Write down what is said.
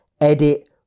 edit